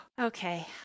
okay